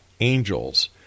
angels